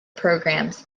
programs